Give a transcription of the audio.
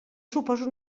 suposa